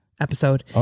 episode